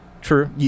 True